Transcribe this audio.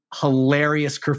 hilarious